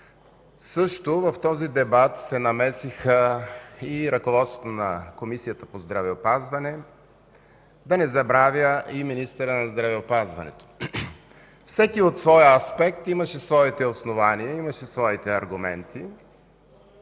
В този дебат се намеси също и ръководството на Комисията по здравеопазване, да не забравя и министъра на здравеопазването. Всеки от своя аспект имаше своите основания, имаше своите аргументи